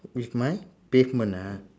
with my pavement ah